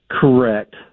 Correct